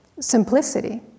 simplicity